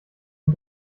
ihn